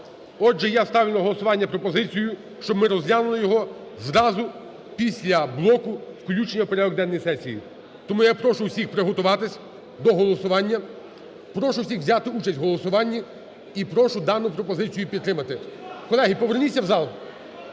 Отже, я ставлю на голосування пропозицію, щоб ми розглянули його зразу після блоку включення в порядок денний сесії. Тому я прошу усіх приготуватись до голосування. Прошу всіх взяти участь в голосуванні і прошу дану пропозицію підтримати. Колеги, поверніться в зал.